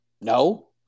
No